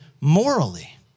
morally